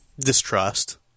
distrust